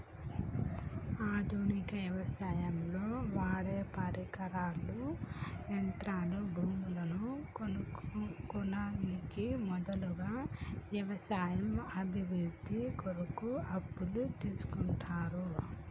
ఆధునిక వ్యవసాయంలో వాడేపరికరాలు, యంత్రాలు, భూములను కొననీకి మొదలగు వ్యవసాయ అభివృద్ధి కొరకు అప్పులు తీస్కుంటరు